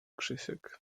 krzysiek